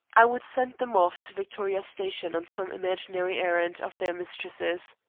i would send them off to victoria station on some imaginary errand of their mistress's.